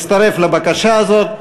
הצטרף לבקשה הזאת.